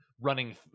running